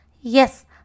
Yes